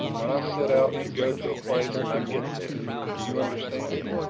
when i set out to go to a place, i get there. do you understand?